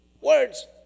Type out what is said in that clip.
words